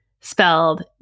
Spelled